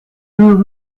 deux